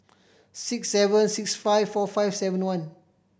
six seven six five four five seven one